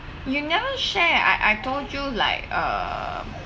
you never share I I told you like uh